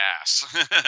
ass